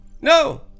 no